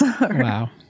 Wow